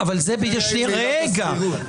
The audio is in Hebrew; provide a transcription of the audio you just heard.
מצוין.